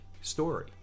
story